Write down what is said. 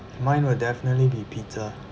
mine will definitely be pizza